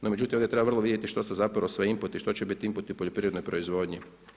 No, međutim ovdje treba vrlo vidjeti što su zapravo sve inputi, što će biti inputi u poljoprivrednoj proizvodnji.